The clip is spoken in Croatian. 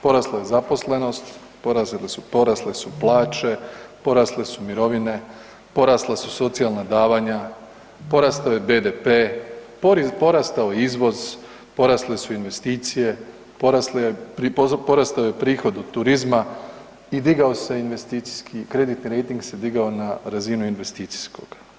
Porasla je zaposlenost, porasle su plaće, porasle su mirovine, porasla su socijalna davanja, porastao je BDP, porastao je izvoz, porasle su investicije, porastao je prihod od turizma i digao se investicijski, kreditni rejting se digao na razinu investicijskog.